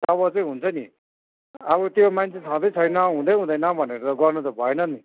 तब चाहिँ हुन्छ नि अब त्यो मान्छे छँदै छैन हुँदै हुँदैन भनेर गर्नु त भएन नि